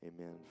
Amen